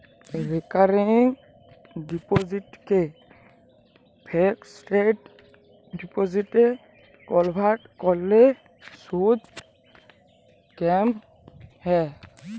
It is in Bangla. রেকারিং ডিপসিটকে ফিকসেড ডিপসিটে কলভার্ট ক্যরলে সুদ ক্যম হ্যয়